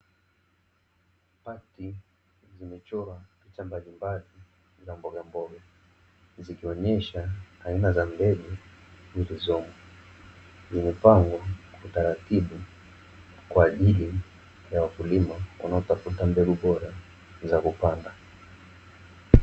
Pakiti zimechorwa picha mbalimbali za mbogamboga zikionyesha aina za mbegu zilizomo. Zimepangwa kwa utaratibu kwa ajili ya wakulima wanaotafuta mbegu bora za kupanda.